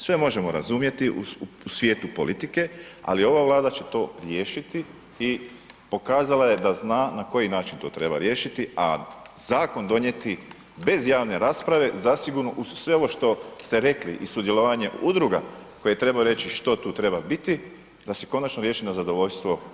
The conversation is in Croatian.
Sve možemo razumjeti u svijetu politike, ali ova Vlada će to riješiti i pokazala je da zna na koji način to treba riješiti, a zakon donijeti bez javne rasprave, zasigurno uz sve ovo što ste rekli i sudjelovanje udruga koje trebaju reći što tu treba biti, da se konačno riješi na zadovoljstvo svih.